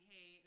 Hey